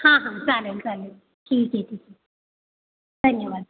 हां हां चालेल चालेल ठी ठी ठी ठी धन्यवाद